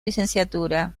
licenciatura